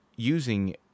using